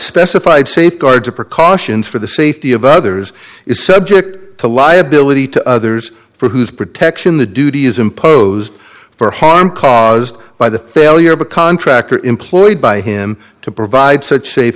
specified safeguards or precautions for the safety of others is subject to liability to others for whose protection the duty is imposed for harm caused by the failure of a contractor employed by him to provide such safe